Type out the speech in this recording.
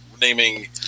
naming